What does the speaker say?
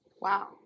Wow